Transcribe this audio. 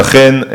ולכן,